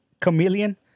chameleon